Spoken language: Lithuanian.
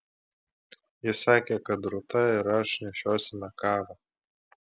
jis sakė kad rūta ir aš nešiosime kavą